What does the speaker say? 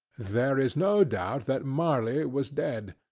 there is no doubt that marley was dead.